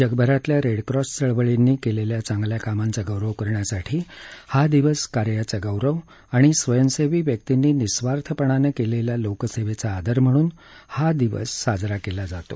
जगभरातल्या रेडक्रॉस चळवळींनी केलेल्या चांगल्या कामांचा गौरव करण्यासाठी हा दिवस कार्याचा गौरव आणि स्वयंसेवी व्यक्तींनी निस्वार्थपणे केलेल्या लोकसेवेचा आदर म्हणून हा दिवस साजरा केला जातो